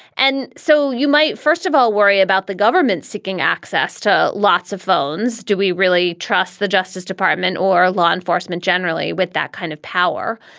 and so you might, first of all, worry about the government seeking access to lots of phones. do we really trust the justice department or law enforcement generally with that kind of power?